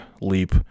leap